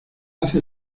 hace